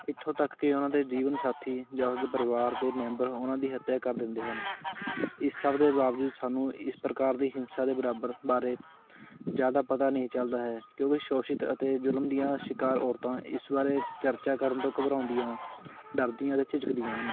ਇੱਥੋਂ ਤੱਕ ਕਿ ਉਹਨਾਂ ਦੇ ਜੀਵਨ ਸਾਥੀ ਜਾਂ ਉਸਦੇ ਪਰਿਵਾਰ ਦੇ ਮੈਂਬਰ ਉਹਨਾਂ ਦੀ ਹੱਤਿਆ ਕਰ ਦਿੰਦੇ ਹਨ ਇਸ ਸਭ ਦੇ ਬਾਵਜੂਦ ਸਾਨੂੰ ਇਸ ਪ੍ਰਕਾਰ ਦੀ ਹਿੰਸਾ ਦੇ ਬਰਾਬਰ ਬਾਰੇ ਜ਼ਿਆਦਾ ਪਤਾ ਨਹੀਂ ਚੱਲਦਾ ਹੈ ਕਿਉਂਕਿ ਸੋਸ਼ਣ ਅਤੇ ਜ਼ੁਲਮ ਦੀਆਂ ਸ਼ਿਕਾਰ ਔਰਤਾਂ ਇਸ ਬਾਰੇ ਚਰਚਾ ਕਰਨ ਤੋਂ ਘਬਰਾਉਂਦੀਆਂ ਡਰਦੀਆਂ ਅਤੇ ਝਿਜਕਦੀਆਂ ਹਨ